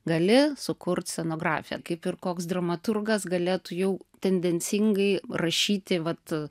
gali sukurt scenografiją kaip ir koks dramaturgas galėtų jau tendencingai rašyti vat